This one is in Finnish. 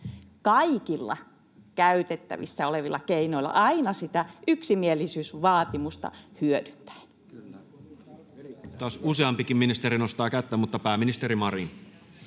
kaikilla käytettävissä olevilla keinoilla aina sitä yksimielisyysvaatimusta hyödyntäen? Taas useampikin ministeri nostaa kättään, mutta pääministeri Marin.